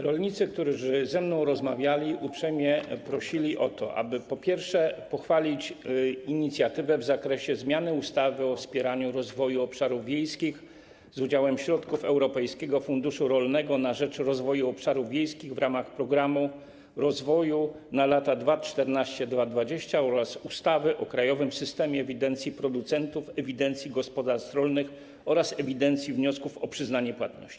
Rolnicy, którzy ze mną rozmawiali, uprzejmie prosili o to, aby, po pierwsze, pochwalić inicjatywę w zakresie zmiany ustawy o wspieraniu rozwoju obszarów wiejskich z udziałem środków Europejskiego Funduszu Rolnego na rzecz Rozwoju Obszarów Wiejskich w ramach Programu Rozwoju Obszarów Wiejskich na lata 2014–2020 oraz ustawy o krajowym systemie ewidencji producentów, ewidencji gospodarstw rolnych oraz ewidencji wniosków o przyznanie płatności.